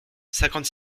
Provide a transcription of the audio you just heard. cinquante